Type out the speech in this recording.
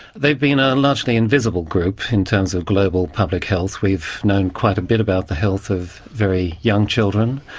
they've been ah largely an invisible group in terms of global public health, we've known quite a bit about the health of very young children,